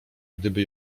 gdyby